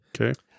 Okay